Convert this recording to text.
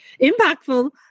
impactful